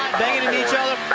banging and each other,